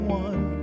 one